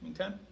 okay